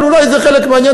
אבל אולי זה חלק מהעניין,